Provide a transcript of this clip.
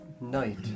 night